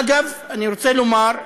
אגב, אני רוצה לומר,